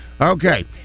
Okay